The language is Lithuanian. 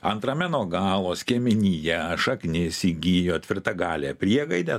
antrame nuo galo skiemenyje šaknis įgijo tvirtagalę priegaidę